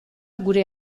gure